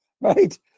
Right